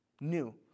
New